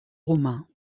romain